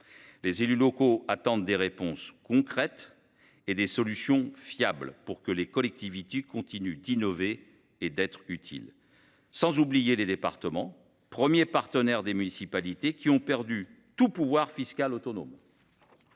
Les élus locaux attendent des réponses concrètes et des solutions viables pour que les collectivités continuent d’innover et d’être utiles. Je n’oublie pas les départements, premiers partenaires des municipalités, qui ont perdu tout pouvoir fiscal autonome